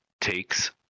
takes